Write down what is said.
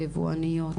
היבואניות